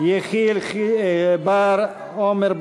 יחיאל חיליק בר, עמר בר-לב,